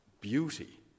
beauty